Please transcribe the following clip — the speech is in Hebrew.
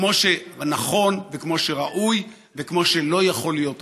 כמו שנכון וכמו שראוי וכמו שלא יכול להיות אחרת.